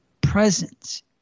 presence